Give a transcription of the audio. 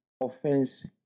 offense